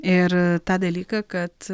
ir tą dalyką kad